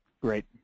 Great